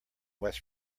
west